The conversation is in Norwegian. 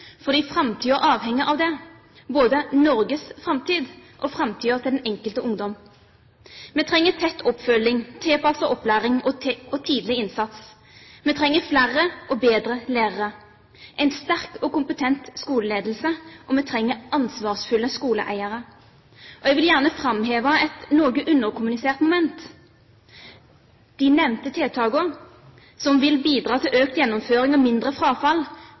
fordi framtiden avhenger av det – både Norges framtid og framtiden til den enkelte ungdom. Vi trenger tett oppfølging, tilpasset opplæring og tidlig innsats. Vi trenger flere og bedre lærere, en sterk og kompetent skoleledelse, og vi trenger ansvarsfulle skoleeiere. Jeg vil gjerne framheve et noe underkommunisert moment: De nevnte tiltakene, som vil bidra til økt gjennomføring og mindre frafall,